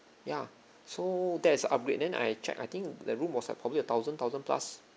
ya so that is a upgrade then I check I think the room was like probably a thousand thousand plus